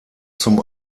zum